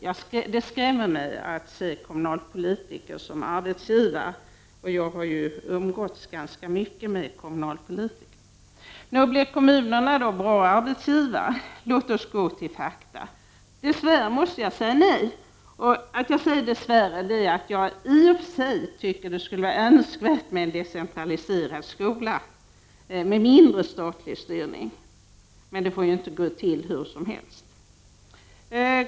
Och det skrämmer mig att se kommunalpolitiker som arbetsgivare, och jag har ju umgåtts ganska mycket med kommunalpolitiker. Blir kommunerna bra arbetsgivare? Låt oss hålla oss till fakta. Dess värre måste jag säga nej. Att jag säger dess värre beror på att jag i och för sig tycker att det skulle vara önskvärt med en decentraliserad skola med mindre statlig styrning. Men det får inte gå till hur som helst.